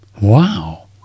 Wow